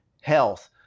health